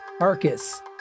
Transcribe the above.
Arcus